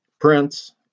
Prince